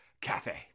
cafe